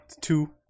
Two